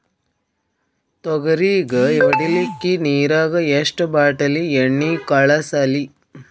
ತೊಗರಿಗ ಹೊಡಿಲಿಕ್ಕಿ ನಿರಾಗ ಎಷ್ಟ ಬಾಟಲಿ ಎಣ್ಣಿ ಕಳಸಲಿ?